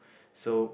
so